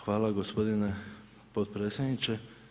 Hvala gospodine potpredsjedniče.